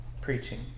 preaching